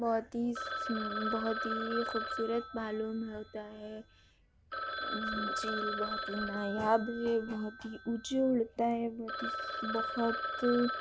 بہت ہی سن بہت ہی خوبصورت معلوم ہوتا ہے چیل بہت ہی نایاب بھی بہت ہی اونچی اڑتا ہے بہت ہی بہت